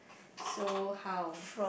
so how